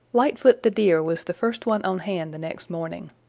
lightfoot the deer was the first one on hand the next morning.